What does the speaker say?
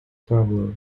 traveler